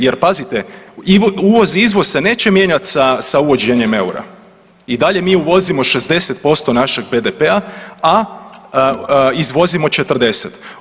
Jer pazite uvoz izvoz se neće mijenjati sa uvođenjem EUR-a i dalje mi uvozimo 60% našeg BDP-a, izvozimo 40.